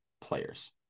players